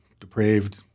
depraved